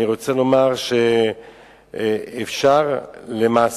אני רוצה לומר שאפשר למעשה,